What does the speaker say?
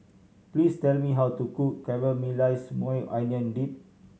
please tell me how to cook Caramelized Maui Onion Dip